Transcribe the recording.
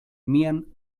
mian